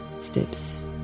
steps